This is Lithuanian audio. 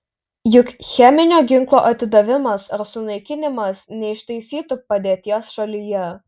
juk cheminio ginklo atidavimas ar sunaikinimas neištaisytų padėties šalyje